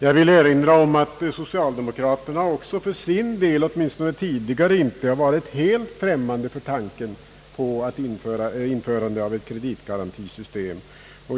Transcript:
Jag vill också erinra om att socialdemokraterna åtminstone tidigare inte varit helt främmande för tanken att införa ett kreditgarantisystem.